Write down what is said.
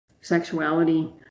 sexuality